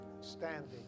standing